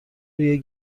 روی